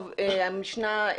המשנה,